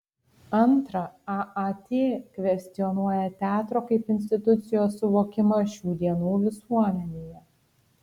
antra aat kvestionuoja teatro kaip institucijos suvokimą šių dienų visuomenėje